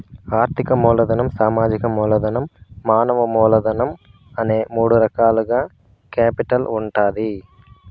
ఆర్థిక మూలధనం, సామాజిక మూలధనం, మానవ మూలధనం అనే మూడు రకాలుగా కేపిటల్ ఉంటాది